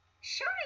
Sure